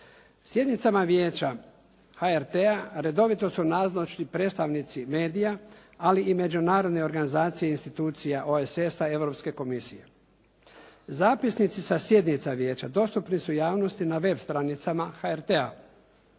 Sjednicama vijeća HRT-a redovito su nazočni predstavnici medija ali i međunarodne organizacije i institucije OESS-a i Europske komisije. Zapisnici sa sjednica vijeća dostupni su javnosti na web stranicama HRT-a.